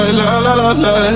la-la-la-la